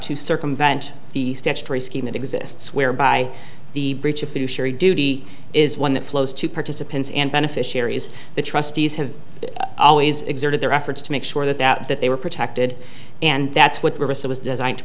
to circumvent the statutory scheme that exists whereby the breach of duty is one that flows to participants and beneficiaries the trustees have always exerted their efforts to make sure that that that they were protected and that's what risk it was designed to